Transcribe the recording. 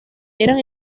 eran